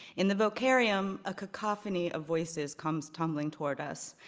in the vocarium, a cacophony of voices comes tumbling toward us,